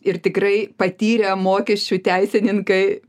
ir tikrai patyrę mokesčių teisininkai